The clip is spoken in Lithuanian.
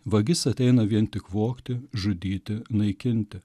vagis ateina vien tik vogti žudyti naikinti